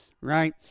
right